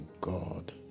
god